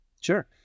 Sure